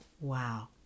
wow